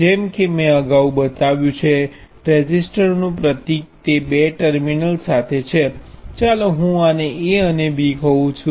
જેમ કે મેં અગાઉ બતાવ્યું છે રેઝિસ્ટરનું પ્રતીક તે બે ટર્મિનલ સાથે છે ચાલો હું આને A અને B કહુ છુ